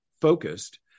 focused